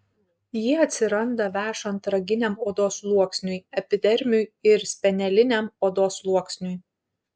jie atsiranda vešant raginiam odos sluoksniui epidermiui ir speneliniam odos sluoksniui